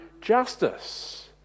justice